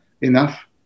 enough